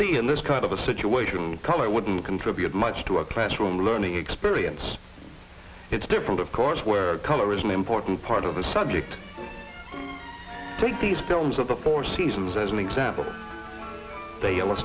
see in this kind of a situation color wouldn't contribute much to a classroom learning experience it's different of course where color is an important part of the subject take these films of the four seasons as an example the